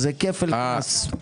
אז זה כפל קנס.